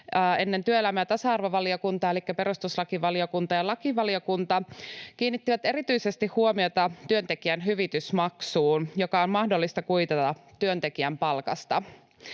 ennen työelämä- ja tasa-arvovaliokuntaa elikkä perustuslakivaliokunta ja lakivaliokunta kiinnittivät erityisesti huomiota työntekijän hyvitysmaksuun, joka on mahdollista kuitata työntekijän palkasta.